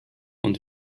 und